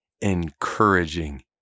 encouraging